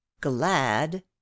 glad